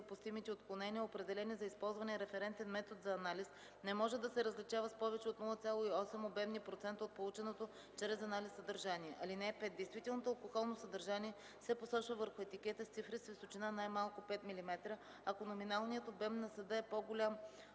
допустимите отклонения, определени за използвания референтен метод за анализ, не може да се различава с повече от 0,8 обемни процента от полученото чрез анализ съдържание. (5) Действителното алкохолно съдържание се посочва върху етикета с цифри с височина най-малко 5 mm, ако номиналният обем на съда е по-голям